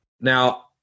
Now